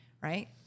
right